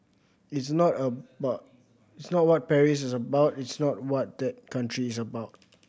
it's not it's not what Paris is about it's not what that country is about